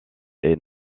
est